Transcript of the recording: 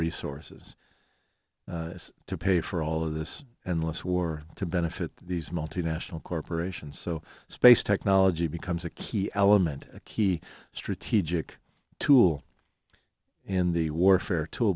resources to pay for all of this and less war to benefit these multinational corporations so space technology becomes a key element a key strategic tool in the warfare to